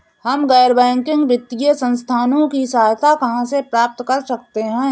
हम गैर बैंकिंग वित्तीय संस्थानों की सहायता कहाँ से प्राप्त कर सकते हैं?